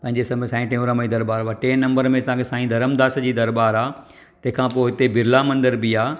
ऐं जे सम साईं टेऊंराम जी दरॿार वटि टे नंबर ते साईं धरमदास जी दरॿार आहे तंहिंखां पोइ हिते बिरला मंदरु बि आहे